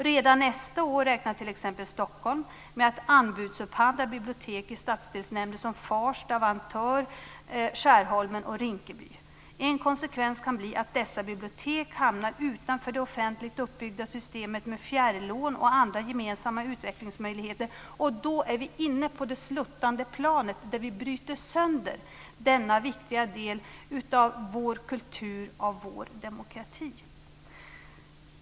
Redan nästa år räknar t.ex. Stockholm med att anbudsupphandla bibliotek i stadsdelsnämnder som Farsta, Vantör, Skärholmen och Rinkeby. En konsekvens kan bli att dessa bibliotek hamnar utanför det offentligt uppbyggda systemet med fjärrlån och andra gemensamma utvecklingsmöjligheter, och då är vi inne på det sluttande plan där vi bryter sönder denna viktiga del av vår kultur och av vår demokrati.